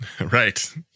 Right